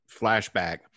flashback